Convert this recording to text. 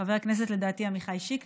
חבר הכנסת עמיחי שקלי,